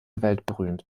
weltberühmt